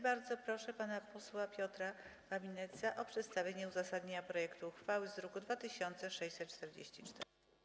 Bardzo proszę pana posła Piotra Babinetza o przedstawienie uzasadnienia projektu uchwały z druku nr 2644.